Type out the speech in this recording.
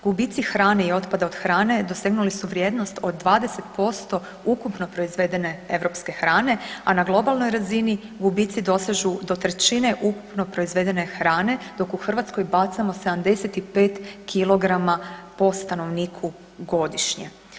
Gubici hrane i otpada od hrane dosegnuli su vrijednost od 20% ukupno proizvedene europske hrane, a na globalnoj razini gubici dosežu do trećine ukupno proizvedene hrane, dok u Hrvatskoj bacamo 75 kilograma po stanovniku godišnje.